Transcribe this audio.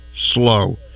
slow